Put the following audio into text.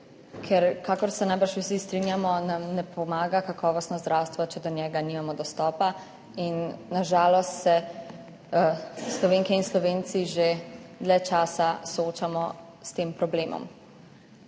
ker, kakor se najbrž vsi strinjamo, nam ne pomaga kakovostno zdravstvo, če do njega nimamo dostopa in na žalost se Slovenke in Slovenci že dlje časa soočamo s tem problemom.